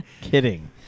Kidding